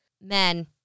men